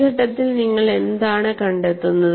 ഈ ഘട്ടത്തിൽ നിങ്ങൾ എന്താണ് കണ്ടെത്തുന്നത്